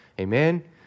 Amen